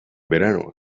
veranos